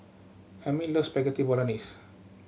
Amil loves Spaghetti Bolognese